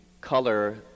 color